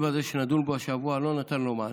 הזה שנדון בו השבוע לא נתן לה מענה: